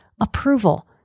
approval